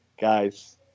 guys